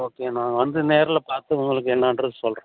okay நான் வந்து நேரில் பார்த்து உங்களுக்கு என்னன்றதை சொல்லுறன்